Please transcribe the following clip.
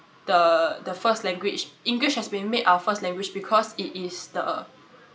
the the first language english has been made our first language because it is the